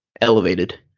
elevated